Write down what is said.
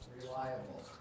Reliable